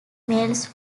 males